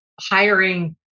hiring